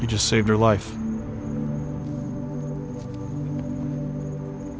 you just save your life